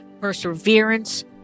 perseverance